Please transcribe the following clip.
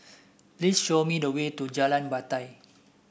please show me the way to Jalan Batai